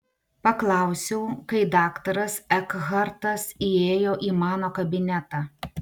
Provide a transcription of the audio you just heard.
paklausiau kai daktaras ekhartas įėjo į mano kabinetą